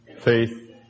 Faith